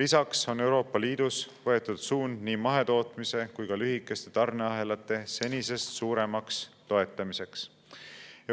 Lisaks on Euroopa Liidus võetud suund nii mahetootmise kui ka lühikeste tarneahelate senisest suuremaks toetamiseks.